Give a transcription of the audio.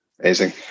Amazing